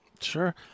Sure